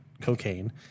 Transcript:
cocaine